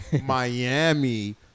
Miami